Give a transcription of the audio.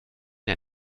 der